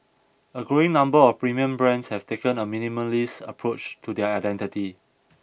a growing number of premium brands have taken a minimalist approach to their identity